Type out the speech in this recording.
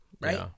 right